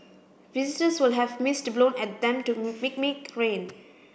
visitors will have mist blown at them to mimic rain